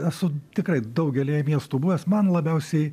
esu tikrai daugelyje miestų buvęs man labiausiai